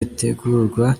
ritegurwa